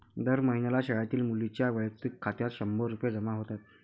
दर महिन्याला शाळेतील मुलींच्या वैयक्तिक खात्यात शंभर रुपये जमा होतात